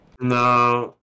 No